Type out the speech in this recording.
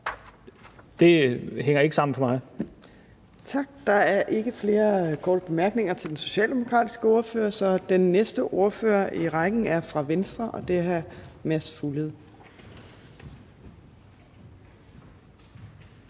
(Trine Torp): Tak. Der er ikke flere korte bemærkninger til den socialdemokratiske ordfører. Den næste ordfører i rækken er fra Venstre, og det er hr. Mads Fuglede.